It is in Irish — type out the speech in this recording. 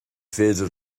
féidir